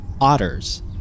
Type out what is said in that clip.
otters